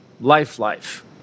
life-life